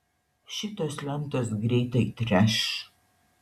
šitos lentos greitai treš